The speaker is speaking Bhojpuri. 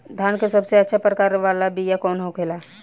धान के सबसे अच्छा प्रकार वाला बीया कौन होखेला?